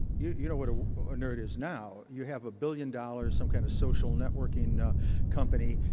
you know what ah a nerd is now. you have a billion dollars, some kind of social networking company.